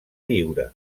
lliure